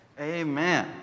Amen